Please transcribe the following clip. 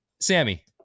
Sammy